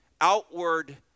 outward